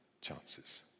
chances